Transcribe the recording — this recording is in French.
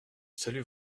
salue